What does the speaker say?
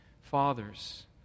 fathers